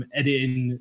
editing